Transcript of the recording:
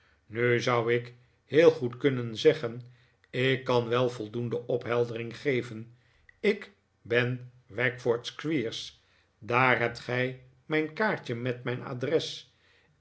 nu zou ik heel goed kunnen zeggen ik kan wel voldoende opheldering geven ik ben wackford squeers daar hebt gij mijn kaartje met mijn adres